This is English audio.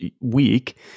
week